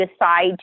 decide